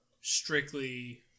strictly